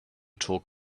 talk